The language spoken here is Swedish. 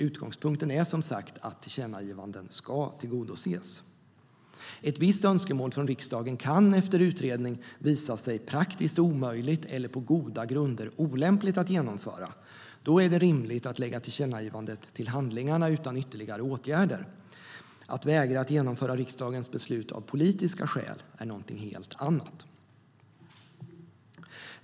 Utgångspunkten är att tillkännagivanden ska tillgodoses. Ett visst önskemål från riksdagen kan efter utredning visa sig vara praktiskt omöjligt eller på goda grunder olämpligt att genomföra. Då är det rimligt att lägga tillkännagivandet till handlingarna utan ytterligare åtgärder. Att vägra att genomföra riksdagens beslut av politiska skäl är dock något helt annat.